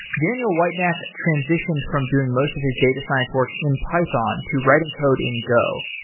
daniel whitenack transitioned from doing most of his data science work in python to writing code in go.